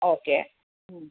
okay ಹ್ಞೂ